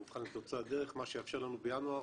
המבחן הוא תוצאת דרך, מה שיאפשר לנו בינואר